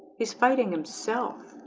he's fighting himself